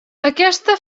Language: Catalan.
aquesta